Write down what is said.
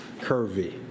curvy